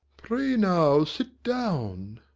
pray now, sit down.